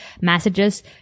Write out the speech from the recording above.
messages